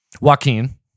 Joaquin